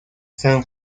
san